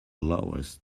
lowest